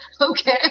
okay